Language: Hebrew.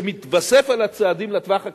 שמתווסף על הצעדים לטווח הקצר,